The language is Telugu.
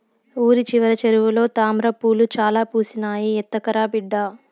ఊరి చివర చెరువులో తామ్రపూలు చాలా పూసినాయి, ఎత్తకరా బిడ్డా